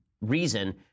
Reason